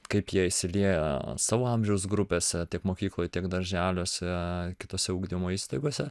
kaip jie įsilieja savo amžiaus grupėse tiek mokykloj tiek darželiuose kitose ugdymo įstaigose